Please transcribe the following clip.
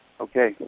okay